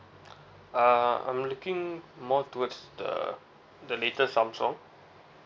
uh I'm looking more towards the the latest samsung